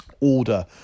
order